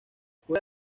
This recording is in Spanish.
fuera